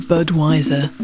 Budweiser